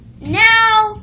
Now